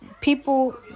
people